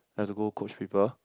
I have to go coach people